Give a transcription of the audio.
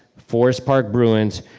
forest park bruins,